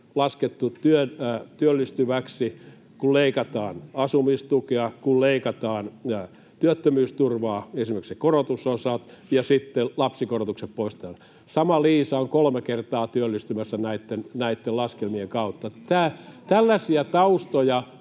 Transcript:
laskettu työllistyväksi, kun leikataan asumistukea, kun leikataan työttömyysturvaa, esimerkiksi korotusosat, ja sitten lapsikorotukset poistetaan. Sama Liisa on kolme kertaa työllistymässä näitten laskelmien kautta. Tällaisia taustoja